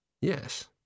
Yes